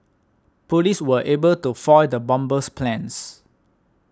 police were able to foil the bomber's plans